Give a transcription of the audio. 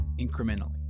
incrementally